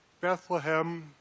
Bethlehem